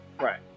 Right